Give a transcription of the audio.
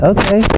Okay